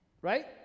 right